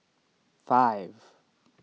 five